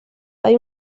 hay